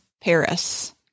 Paris